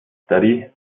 study